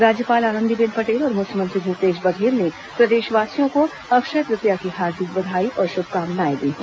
राज्यपाल आनंदी बेन पटेल और मुख्यमंत्री भूपेश बघेल ने प्रदेशवासियों को अक्षय तृतीया की हार्दिक बधाई और शुभकामनाएं दी हैं